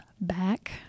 back